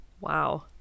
wow